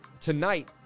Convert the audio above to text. tonight